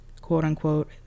quote-unquote